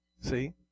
see